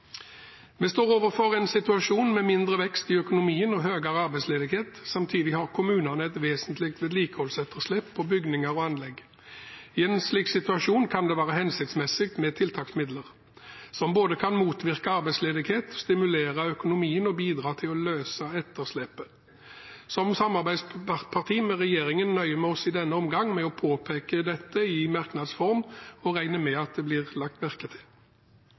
Vi står overfor en situasjon med mindre vekst i økonomien og høyere arbeidsledighet. Samtidig har kommunene et vesentlig vedlikeholdsetterslep på bygninger og anlegg. I en slik situasjon kan det være hensiktsmessig med tiltaksmidler som kan både motvirke arbeidsledighet, stimulere økonomien og bidra til å løse etterslepet. Som samarbeidsparti med regjeringen nøyer vi oss i denne omgang med å påpeke dette i merknads form og regner med at det blir lagt merke til.